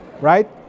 right